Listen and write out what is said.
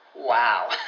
Wow